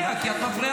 תודה.